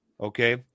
okay